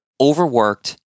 overworked